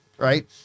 Right